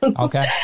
Okay